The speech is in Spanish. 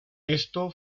esto